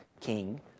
king